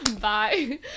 Bye